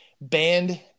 banned